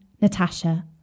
Natasha